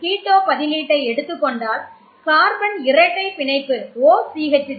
ஒரு கீட்டோ பதிலீட்டை எடுத்துக்கொண்டால் C இரட்டைப் பிணைப்பு OCH3